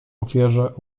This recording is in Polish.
ofierze